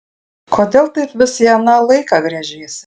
kodėl taip vis į aną laiką gręžiesi